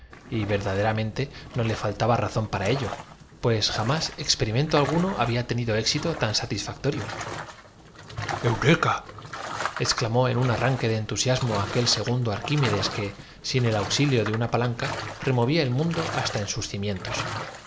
y verdaderamente no le faltaba razón para ello pues jamás grandes siluetas de las mismas bañadas por el sol y experimento alguno había tenido éxito tan satisfactorio recortadas sobre el fondo oscuro del terreno durante eureka exclamó en un arranque de entusiasmo el día cuando de repente los dos observadores lanza aquel segundo arquímedes que sin el auxilio de una ron un grito tan rápido como fugaz había sido la sen palanca removía el mundo hasta en sus cimientos